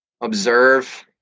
Observe